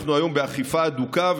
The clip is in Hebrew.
אנחנו היום באכיפה הדוקה,